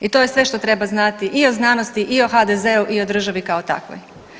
I to je sve što treba znati i o znanosti i o HDZ-u i o državi kao takvoj.